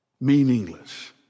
meaningless